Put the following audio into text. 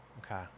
Okay